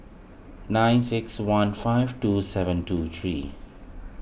nine six one five two seven two three